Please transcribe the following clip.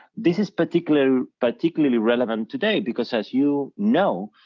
this is particularly particularly relevant today because as you know,